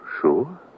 sure